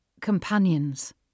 companions